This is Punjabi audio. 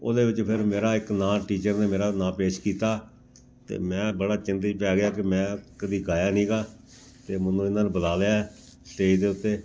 ਉਹਦੇ ਵਿੱਚ ਫਿਰ ਮੇਰਾ ਇੱਕ ਨਾਂ ਟੀਚਰ ਨੇ ਮੇਰਾ ਨਾਂ ਪੇਸ਼ ਕੀਤਾ ਅਤੇ ਮੈਂ ਬੜਾ ਚਿੰਤਾ 'ਚ ਪੈ ਗਿਆ ਕਿ ਮੈਂ ਕਦੀ ਗਾਇਆ ਨਹੀਂ ਗਾ ਅਤੇ ਮੈਨੂੰ ਇਹਨਾਂ ਨੇ ਬੁਲਾ ਲਿਆ ਹੈ ਸਟੇਜ ਦੇ ਉੱਤੇ